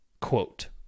quote